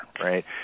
right